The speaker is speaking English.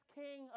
king